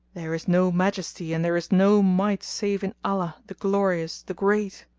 there is no majesty and there is no might save in allah the glorious, the great!